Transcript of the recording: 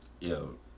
Yo